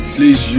Please